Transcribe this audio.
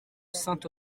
saint